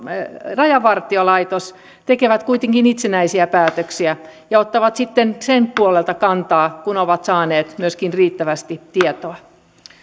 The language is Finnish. rajavartiolaitos tekevät kuitenkin itsenäisiä päätöksiä ja ottavat sitten sen puolelta kantaa kun ovat saaneet myöskin riittävästi tietoa